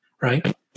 Right